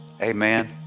Amen